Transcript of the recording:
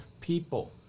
people